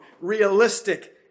realistic